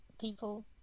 people